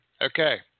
Okay